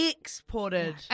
Exported